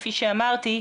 כפי שאמרתי,